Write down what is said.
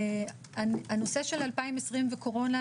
הנושא של 2020 וקורונה,